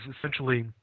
essentially